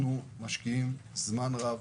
אנחנו משקיעים זמן רב,